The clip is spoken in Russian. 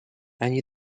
они